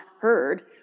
heard